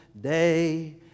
day